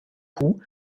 coup